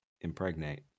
impregnate